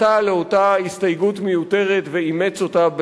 התפתה לאותה הסתייגות מיותרת ואימץ אותה,